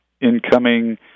incoming